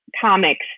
comics